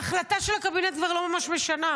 ההחלטה של הקבינט כבר לא ממש משנה,